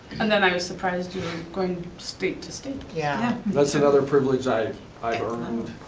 and then i was surprised you were going state to state. yeah. that's another privilege i've i've earned.